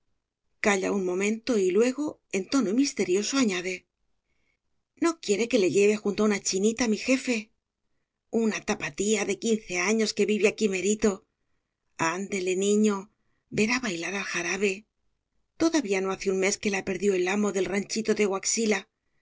calla un momento y luego en tono misterioso añade no quiere que le lleve junto á una chinita mi jefe una tapatia de quince años que vive aquí mérito ándele niño verá bailar el jarabe todavía no hace un mes que la perdió el amo del ranchito de huaxila